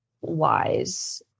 wise